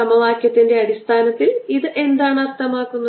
സമവാക്യത്തിന്റെ അടിസ്ഥാനത്തിൽ ഇത് എന്താണ് അർത്ഥമാക്കുന്നത്